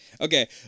Okay